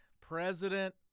President